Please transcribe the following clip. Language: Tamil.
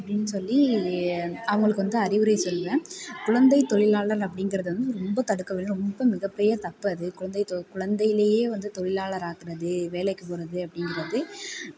அப்படினு சொல்லி அவங்களுக்கு வந்து அறிவுரை சொல்வேன் குழந்தை தொழிலாளர் அப்படீங்கிறது வந்து ரொம்ப தடுக்கணும் ரொம்ப மிக பெரிய தப்பு அது குழந்தை குழந்தையிலேயே வந்து தொழிலாளர் ஆகிறது வேலைக்கு போகிறது அப்டிங்கிறது